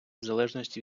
залежності